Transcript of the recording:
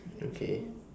okay